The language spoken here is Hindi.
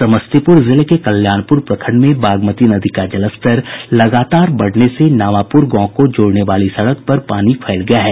समस्तीपुर जिले के कल्याणपुर प्रखंड में बागमती नदी का जलस्तर लगातार बढ़ने के नामापुर गांव को जोड़ने वाली सड़क पर पानी फैल गया है